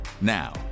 now